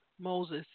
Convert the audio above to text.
Moses